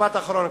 משפט אחרון,